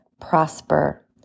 prosper